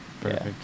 Perfect